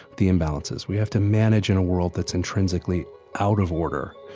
the imbalances. we have to manage in a world that's intrinsically out of order.